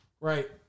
Right